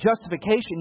justification